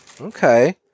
Okay